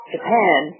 Japan